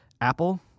Apple